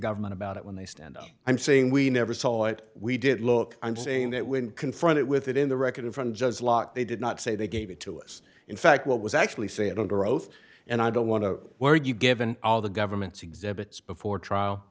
government about it when they stand up i'm saying we never saw it we did look i'm saying that when confronted with it in the record in front just like they did not say they gave it to us in fact what was actually say i don't or oath and i don't want to where you given all the government's exhibits before trial